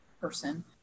person